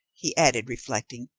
he added reflecting,